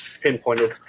pinpointed